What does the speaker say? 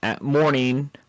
morning